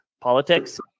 politics